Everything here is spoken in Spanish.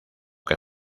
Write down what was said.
que